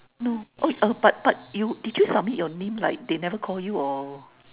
no oh but but but you did you submit like they never call you or